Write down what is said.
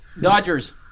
Dodgers